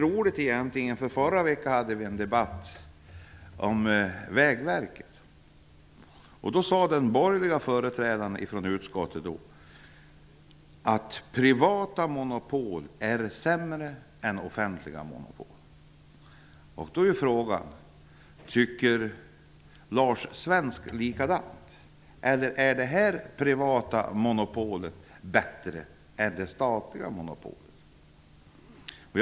Här finns en litet lustig motsägelse. I debatten förra veckan om Vägverket sade den borgerliga företrädaren för utskottet att privata monopol är sämre än offentliga monopol. Frågan är då: Tycker Lars Svensk likadant, eller är det nu aktuella privata monopolet bättre än det statliga monopolet?